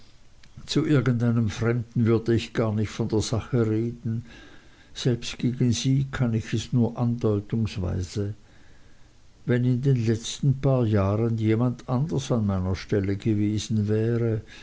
zu irgend einem fremden würde ich gar nicht von der sache reden selbst gegen sie kann ich es nur andeutungsweise wenn in den letzten paar jahren jemand anders an meiner stelle gewesen wäre